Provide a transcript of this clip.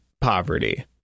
poverty